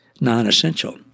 non-essential